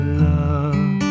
love